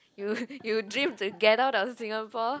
you you dream to get out of Singapore